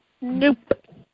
nope